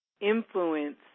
influence